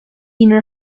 winner